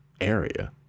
area